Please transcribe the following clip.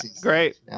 great